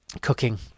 cooking